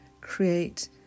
create